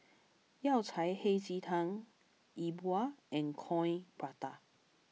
Yao Cai Hei Ji Tang Yi Bua and Coin Prata